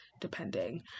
depending